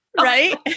Right